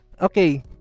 Okay